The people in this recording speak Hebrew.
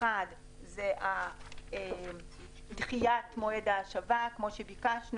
האחד זה דחיית מועד ההשבה, כמו שביקשנו,